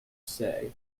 say